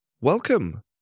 Welcome